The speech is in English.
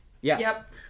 Yes